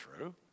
true